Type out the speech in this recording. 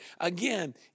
Again